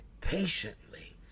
patiently